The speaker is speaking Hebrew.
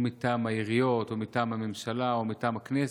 או מטעם העירייה או מטעם הממשלה או מטעם הכנסת,